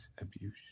abuse